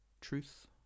Truth